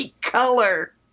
color